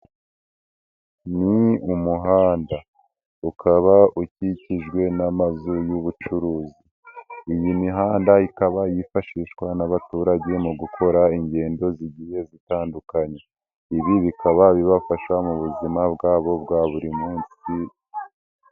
Ni umuhanda ukaba ukikijwe n'amazu y'ubucuruzi, iyi mihanda ikaba yifashishwa n'abaturage mu gukora ingendo z'igihe zitandukanye, ibi bikaba bibafasha mu buzima bwabo bwa buri munsi.